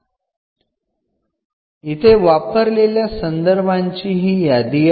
इथे वापरलेल्या संदर्भांची ही यादी आहे